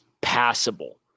passable